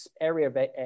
area